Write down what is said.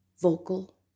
vocal